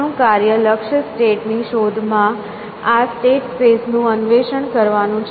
આપણું કાર્ય લક્ષ્ય સ્ટેટ ની શોધમાં આ સ્ટેટ સ્પેસ નું અન્વેષણ કરવાનું છે